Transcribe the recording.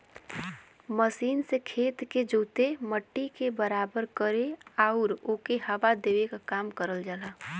machine से खेत के जोते, मट्टी के बराबर करे आउर ओके हवा देवे क काम करल जाला